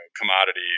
commodity